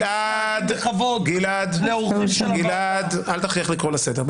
גלעד, בבקשה, אל תכריח אותי לקרוא לך לסדר.